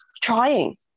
trying